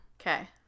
Okay